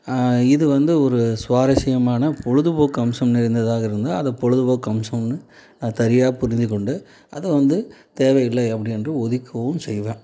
இது வந்து ஒரு சுவாரஸ்யமான பொழுதுபோக்கு அம்சம் நிறைந்ததாக இருந்தால் அதை பொழுதுபோக்கு அம்சம்னு நான் சரியாக புரிஞ்சுக்கொண்டு அதை வந்து தேவை இல்லை அப்படி என்று ஒதுக்கவும் செய்வேன்